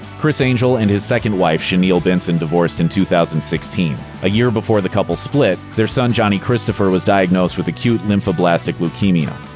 criss angel and his second wife shaunyl benson divorced in two thousand and sixteen. a year before the couple split, their son johnny christopher was diagnosed with acute lymphoblastic leukemia.